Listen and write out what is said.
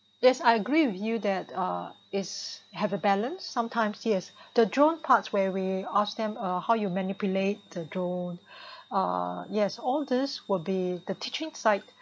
yes I agree with you that uh is have a balance sometimes yes the drone parts where we ask them uh how you manipulate the drone ah yes all this will be the teaching side